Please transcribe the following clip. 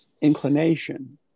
inclination